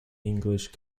english